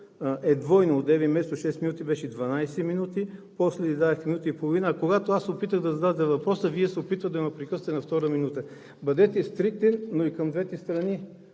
е двойно. Преди малко вместо шест минути беше 12 минути, после ѝ дадохте минута и половина, а когато аз се опитах да задам въпроса, Вие се опитахте да ме прекъснете на втората минута. Бъдете стриктен, но и към двете страни.